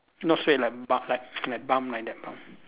not say like buff like like bun like that bun